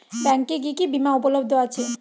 ব্যাংকে কি কি বিমা উপলব্ধ আছে?